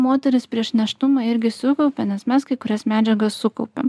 moterys prieš nėštumą irgi sukaupia nes mes kai kurias medžiagas sukaupiam